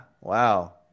Wow